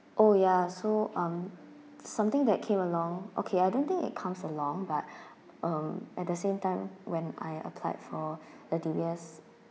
oh ya so um something that came along okay I don't think it comes along but uh at the same time when I applied for the D_B_S